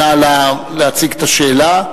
נא להציג את השאלה,